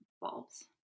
bulbs